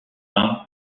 vainc